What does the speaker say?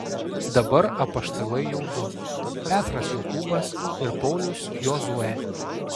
dabar apaštalai jau du petras jokūbas ir paulius jozuė